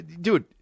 dude